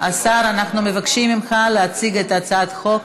השר, אנחנו מבקשים ממך להציג את הצעת החוק.